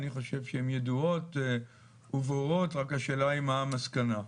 אני חושב שהן ידועות וברורות רק השאלה היא מה המסקנה.